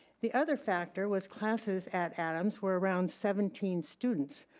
the other factor was classes at adams were around seventeen students,